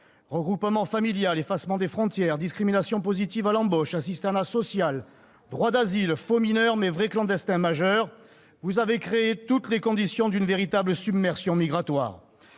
Regroupement familial, effacement des frontières, discrimination positive à l'embauche, assistanat social, ... Ah !... droit d'asile, faux mineurs mais vrais clandestins majeurs : vous avez créé toutes les conditions d'une véritable submersion migratoire.